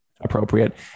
appropriate